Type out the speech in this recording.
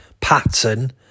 pattern